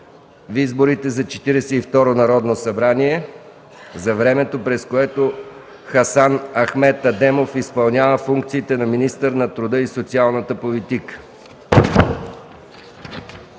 за Четиридесет и второ Народно събрание, за времето, през което Хасан Ахмед Адемов изпълнява функциите на министър на труда и социалната политика.